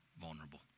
vulnerable